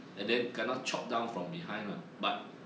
and then kena chop down from behind lah but